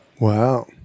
Wow